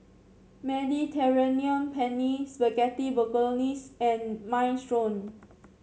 Mediterranean Penne Spaghetti Bolognese and Minestrone